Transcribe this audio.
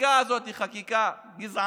החקיקה הזו היא חקיקה גזענית.